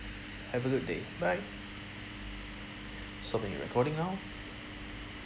have a good day bye stopping the recording now